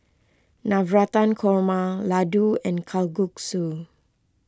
Navratan Korma Ladoo and Kalguksu